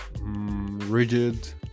rigid